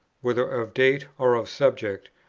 whether of date or of subject,